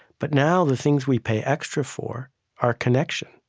but now the things we pay extra for are connection.